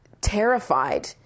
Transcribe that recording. terrified